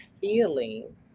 feeling